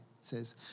says